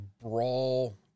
brawl